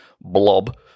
blob